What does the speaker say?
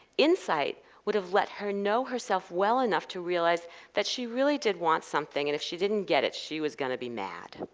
insight would have let her know herself well enough to realize that she really did want something, and if she didn't get it, she was going to be mad.